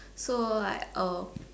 so like uh